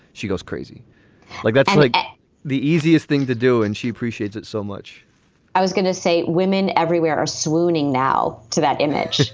she goes crazy like that's like the easiest thing to do. and she appreciates it so much i was going to say women everywhere are swooning now to that image.